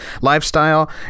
lifestyle